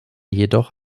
jedoch